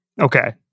Okay